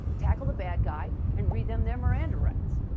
tackle the bad guy and read them their miranda rights.